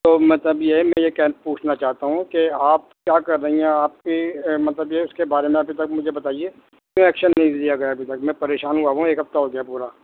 تو مطلب یہ میں یہ کہنا پوچھنا چاہتا ہوں کہ آپ کیا کر رہی ہیں آپ کی مطلب یہ اس کے بارے میں ابھی تک مجھے یہ بتائیے کہ ایکشن نہیں لیا گیا میں پریشان ہوا ہوں ایک ہفتہ ہو گیا پورا